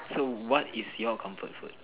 so what is your comfort food